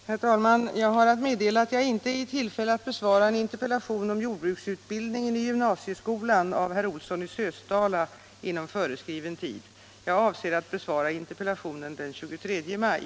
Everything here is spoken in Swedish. Herr talman! Jag har att meddela att jag inte är i tillfälle att besvara en interpellation om jordbruksutbildningen i gymnasieskolan av herr Olsson i Sösdala inom föreskriven tid. Jag avser att besvara interpellationen den 23 maj.